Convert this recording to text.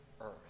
earth